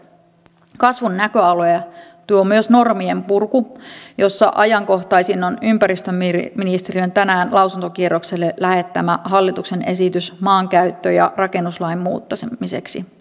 kasvun näköaloja tuo myös normien purku jossa ajankohtaisin on ympäristöministeriön tänään lausuntokierrokselle lähettämä hallituksen esitys maankäyttö ja rakennuslain muuttamiseksi